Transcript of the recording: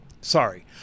Sorry